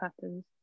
patterns